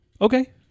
Okay